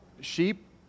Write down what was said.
sheep